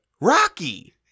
rocky